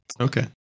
Okay